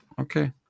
Okay